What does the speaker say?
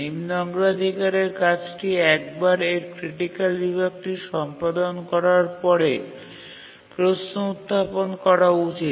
নিম্ন অগ্রাধিকারের কাজটি একবার এর ক্রিটিকাল বিভাগটি সম্পাদন করার পরে প্রশ্ন উত্থাপন করা উচিত